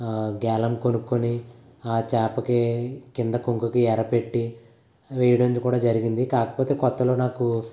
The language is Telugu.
గాలం కొనుకోని చేపకి కింద కొక్కెంకి ఎర పెట్టి వేయడం కూడా జరిగింది కాకపోతే కొత్తలో నాకు